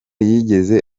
yigeze